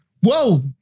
Whoa